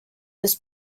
this